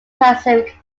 pacific